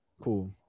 cool